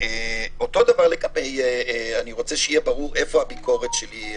אני רוצה שיהיה ברור למי מכוונת הביקורת שלי.